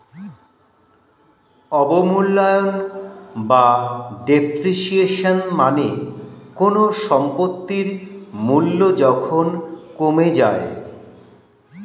অবমূল্যায়ন বা ডেপ্রিসিয়েশন মানে কোনো সম্পত্তির মূল্য যখন কমে যায়